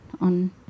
on